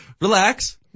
relax